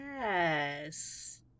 yes